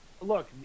look